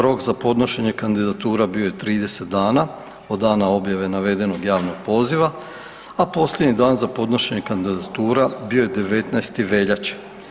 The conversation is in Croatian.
Rok za podnošenje kandidatura bio je 30 dana od dana objave navedenog javnog poziva, a posljednji dan za podnošenje kandidatura bio je 19. veljače.